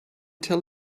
tell